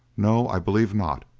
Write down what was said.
no, i believe not